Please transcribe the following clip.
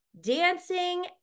Dancing